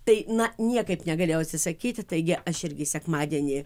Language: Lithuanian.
tai na niekaip negalėjau atsisakyti taigi aš irgi sekmadienį